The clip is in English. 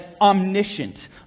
omniscient